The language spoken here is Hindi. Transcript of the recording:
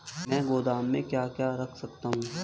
मैं गोदाम में क्या क्या रख सकता हूँ?